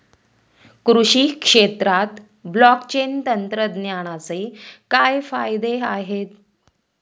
कृषी क्षेत्रात ब्लॉकचेन तंत्रज्ञानाचे काय फायदे आहेत?